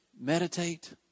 Meditate